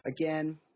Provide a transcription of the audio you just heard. again